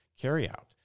carryout